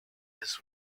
his